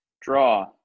Draw